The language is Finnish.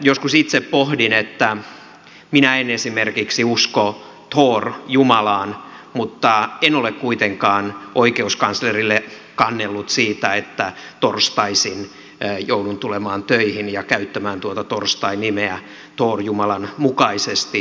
joskus itse pohdin että minä en esimerkiksi usko thor jumalaan mutta en ole kuitenkaan oikeuskanslerille kannellut siitä että torstaisin joudun tulemaan töihin ja käyttämään tuota torstai nimeä thor jumalan mukaisesti